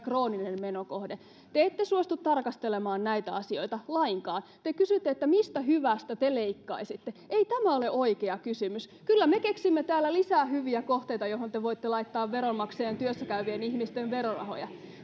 krooninen menokohde te ette suostu tarkastelemaan näitä asioita lainkaan te kysyitte mistä hyvästä te leikkaisitte ei tämä ole oikea kysymys kyllä me keksimme täällä lisää hyviä kohteita joihin te voitte laittaa veronmaksajien työssä käyvien ihmisten verorahoja